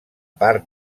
part